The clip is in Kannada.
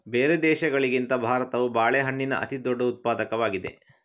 ಬೇರೆ ದೇಶಗಳಿಗಿಂತ ಭಾರತವು ಬಾಳೆಹಣ್ಣಿನ ಅತಿದೊಡ್ಡ ಉತ್ಪಾದಕವಾಗಿದೆ